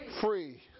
Free